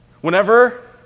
Whenever